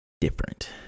different